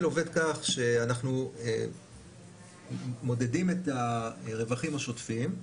עובד כך שאנחנו מודדים את הרווחים השוטפים,